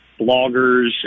bloggers